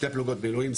שתי פלוגות מילואים,